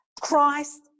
Christ